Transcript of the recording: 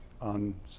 on